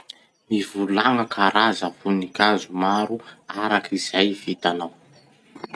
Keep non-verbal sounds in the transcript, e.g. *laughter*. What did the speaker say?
*noise* Mivolagna karaza voninkazo maro arak'izay vitanao.